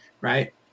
right